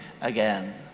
again